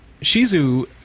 Shizu